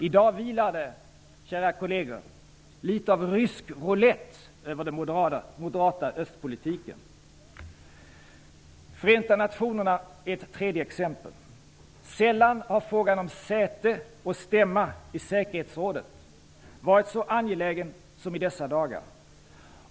I dag vilar det, kära kolleger, litet av rysk roulett över den moderata östpolitiken. Förenta nationerna är ett tredje exempel. Sällan har frågan om säte och stämma i säkerhetsrådet varit så angelägen som i dessa dagar.